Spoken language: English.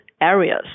areas